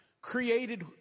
created